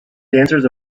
dancers